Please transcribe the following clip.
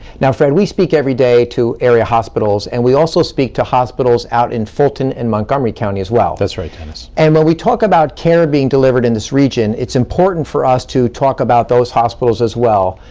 now, fred, we speak every day to area hospitals, and we also speak to hospitals out in fulton and montgomery county as well. that's right, dennis. and when we talk about care being delivered in this region, it's important for us to talk about those hospitals as well.